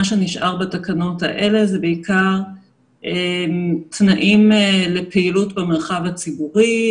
מה שנשאר בתקנות האלה זה בעיקר תנאים לפעילות במרחב הציבורי,